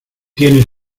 tienes